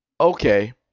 okay